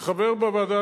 כחבר בוועדה